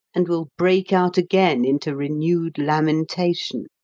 and will break out again into renewed lamentation.